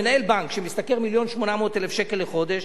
מנהל בנק שמשתכר 1.8 מיליון שקל לחודש,